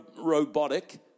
robotic